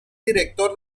director